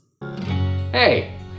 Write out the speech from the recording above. Hey